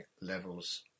levels